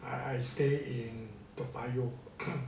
I I stay in toa payoh